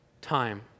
time